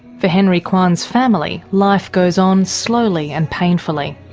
for henry kwan's family, life goes on slowly and painfully.